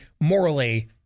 morally